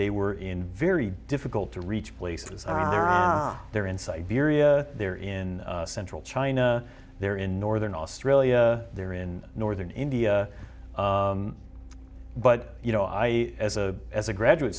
they were in very difficult to reach places there inside syria there in central china there in northern australia there in northern india but you know i as a as a graduate